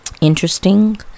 interesting